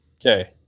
Okay